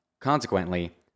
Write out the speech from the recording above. consequently